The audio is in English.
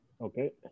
Okay